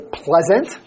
pleasant